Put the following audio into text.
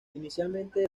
inicialmente